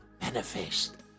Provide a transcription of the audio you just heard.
manifest